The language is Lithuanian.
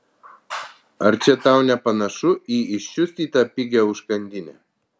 ar čia tau nepanašu į iščiustytą pigią užkandinę